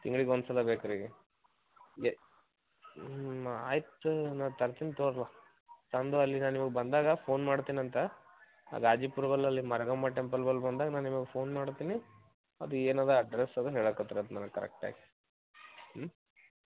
ತಿಂಗ್ಳಿಗೆ ಒಂದು ಸಲ ಬೇಕಾ ರಿ ಆಯ್ತು ನಾ ತರ್ತೀನಿ ತಂದು ಅಲ್ಲಿ ನಾ ನಿಮಗೆ ಬಂದಾಗ ಫೋನ್ ಮಾಡ್ತೀನಂತೆ ಗಾಜಿಪುರದಲ್ಲಿ ಮರ್ಗಮ್ಮ ಟೆಂಪಲ್ ಬಲ್ ಬಂದಾಗ ನಾ ನಿಮಗೆ ಫೋನ್ ಮಾಡ್ತೀನಿ ಅದು ಏನದ ಅಡ್ರಸ್ ಅದು ಹೇಳಕ್ಕತ್ತಿರಂತೆ ನನಗೆ ಕರೆಕ್ಟಾಗಿ ಹ್ಞೂ